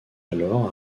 alors